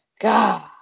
God